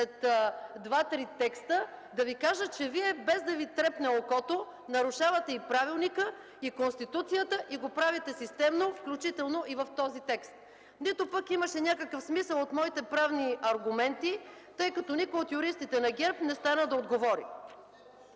след два-три текста, да Ви кажа, че без да Ви трепне окото, нарушавате и правилника, и Конституцията, и го правите системно, включително и в този текст. Нито пък имаше някакъв смисъл от моите правни аргументи, тъй като никой от юристите на ГЕРБ не стана да отговори.